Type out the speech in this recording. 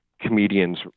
comedians